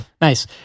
Nice